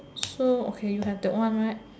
so okay you have that one right